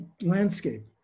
landscape